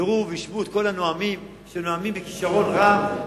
יראו וישמעו את כל הנואמים שנואמים בכשרון רב,